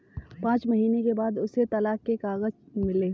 पांच महीने के बाद उसे तलाक के कागज मिले